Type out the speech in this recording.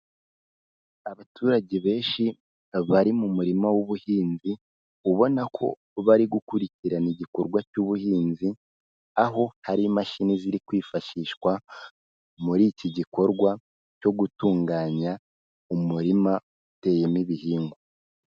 Abaturage benshi bari mu murima w'ubuhinzi, ubona ko bari gukurikirana igikorwa cy'ubuhinzi, aho hari imashini ziri kwifashishwa muri iki gikorwa cyo gutunganya umurima uteyemo ibihingwa.